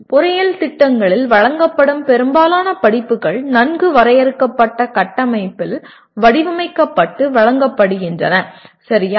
பொறியியல் திட்டங்களில் வழங்கப்படும் பெரும்பாலான படிப்புகள் நன்கு வரையறுக்கப்பட்ட கட்டமைப்பில் வடிவமைக்கப்பட்டு வழங்கப்படுகின்றன சரியா